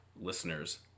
listeners